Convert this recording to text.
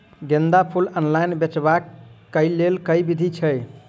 गेंदा फूल ऑनलाइन बेचबाक केँ लेल केँ विधि छैय?